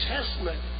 Testament